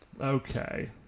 Okay